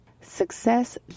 Success